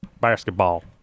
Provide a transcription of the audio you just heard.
basketball